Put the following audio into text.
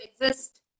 exist